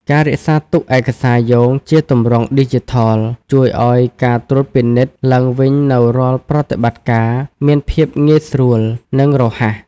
ការរក្សាទុកឯកសារយោងជាទម្រង់ឌីជីថល ជួយឱ្យការត្រួតពិនិត្យឡើងវិញនូវរាល់ប្រតិបត្តិការមានភាពងាយស្រួល និងរហ័ស។